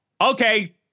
Okay